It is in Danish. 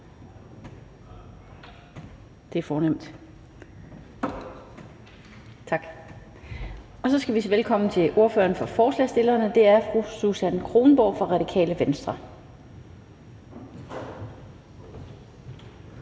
Det er fornemt, tak. Så skal vi sige velkommen til ordføreren for forslagsstillerne, og det er fru Susan Kronborg fra Radikale Venstre.